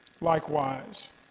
Likewise